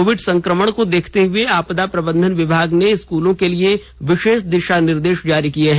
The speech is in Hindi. कोविड संक्रमण को देखते हुए आपदा प्रबंधन विभाग ने स्कूलों के लिए विशेष दिशा निर्देष जारी किये हैं